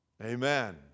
Amen